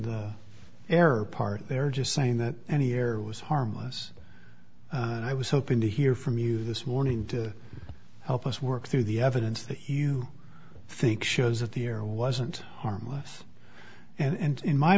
error part they're just saying that any error was harmless and i was hoping to hear from you this morning to help us work through the evidence that you think shows that the air wasn't harmless and in my